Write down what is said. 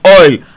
oil